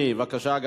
בבקשה, אדוני.